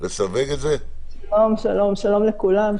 שלום לכולם,